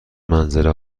منظره